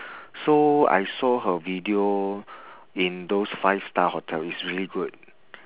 so I saw her video in those five star hotel is really good